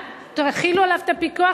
רק תחילו עליו את הפיקוח,